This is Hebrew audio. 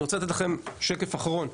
אני רוצה לתת לכם שקף אחרון,